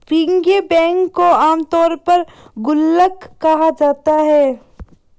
piggy bank को आमतौर पर गुल्लक कहा जाता है